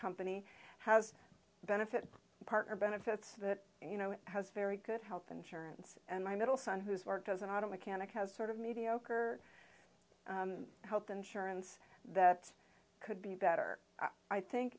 company has benefit partner benefits that you know has very good health insurance and my middle son who's worked as an auto mechanic has sort of mediocre health insurance that could be better i think